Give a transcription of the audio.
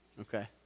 Okay